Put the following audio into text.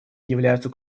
являются